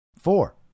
Four